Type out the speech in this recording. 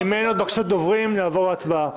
אם אין עוד דוברים, אעבור להצבעה.